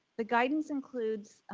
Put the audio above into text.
the guidance includes,